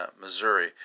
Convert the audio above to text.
Missouri